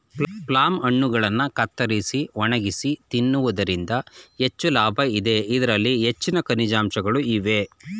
plum ಹಣ್ಣುಗಳನ್ನು ಕತ್ತರಿಸಿ ಒಣಗಿಸಿ ತಿನ್ನುವುದರಿಂದ ಹೆಚ್ಚು ಲಾಭ ಇದೆ, ಇದರಲ್ಲಿ ಹೆಚ್ಚಿನ ಖನಿಜಾಂಶಗಳು ಇವೆ